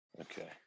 okay